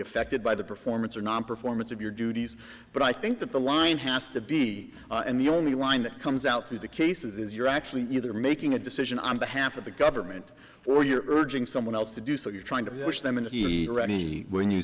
affected by the performance or nonperformance of your duties but i think that the line has to be and the only wind that comes out through the cases is you're actually either making a decision on behalf of the government or you're urging someone else to do so you're trying to push them into the already when you